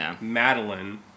Madeline